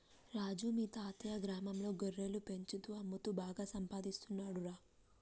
రాజు మీ తాతయ్యా గ్రామంలో గొర్రెలను పెంచుతూ అమ్ముతూ బాగా సంపాదిస్తున్నాడురా